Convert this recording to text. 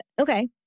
Okay